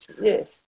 yes